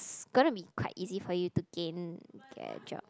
is gonna be quite easy for you to gain that job